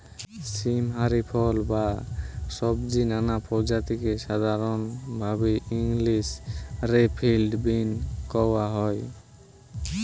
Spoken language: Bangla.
সীম হারি ফল বা সব্জির নানা প্রজাতিকে সাধরণভাবি ইংলিশ রে ফিল্ড বীন কওয়া হয়